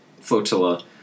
Flotilla